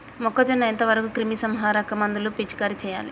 మొక్కజొన్న ఎంత వరకు క్రిమిసంహారక మందులు పిచికారీ చేయాలి?